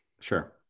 Sure